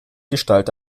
gestalt